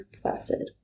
Placid